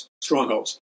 strongholds